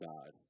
God